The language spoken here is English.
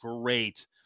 great